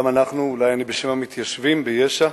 גם אנחנו, אולי אני בשם המתיישבים ביש"ע,